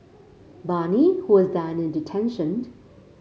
Bani who was then in detention